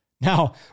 Now